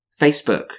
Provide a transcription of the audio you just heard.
Facebook